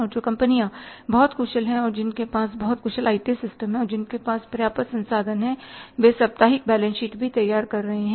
और जो कंपनियां बहुत कुशल हैं और जिनके पास बहुत कुशल आईटी सिस्टम हैं और जिनके पास पर्याप्त संसाधन हैं वे साप्ताहिक बैलेंस शीट भी तैयार कर रहे हैं